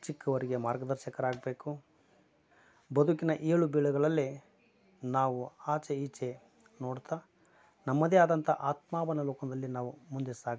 ಚಿಕ್ಕವರಿಗೆ ಮಾರ್ಗದರ್ಶಕರಾಗಬೇಕು ಬದುಕಿನ ಏಳು ಬೀಳುಗಳಲ್ಲಿ ನಾವು ಆಚೆ ಈಚೆ ನೋಡುತ್ತಾ ನಮ್ಮದೆ ಆದಂಥಾ ಆತ್ಮಾವನಲೋಕದಲ್ಲಿ ನಾವು ಮುಂದೆ ಸಾಗಬೇಕು